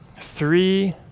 three